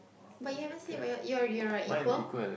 but you haven't said about your you're you're a equal